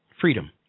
Freedom